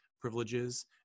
privileges